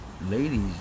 Ladies